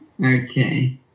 okay